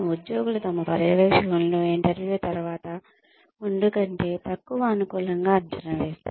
ఉద్యోగులు తమ పర్యవేక్షకులను ఇంటర్వ్యూ తర్వాత ముందు కంటే తక్కువ అనుకూలంగా అంచనా వేస్తారు